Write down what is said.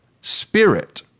spirit